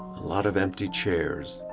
a lot of empty chairs.